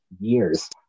years